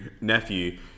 nephew